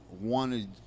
wanted